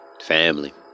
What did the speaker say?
family